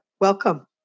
welcome